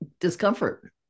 discomfort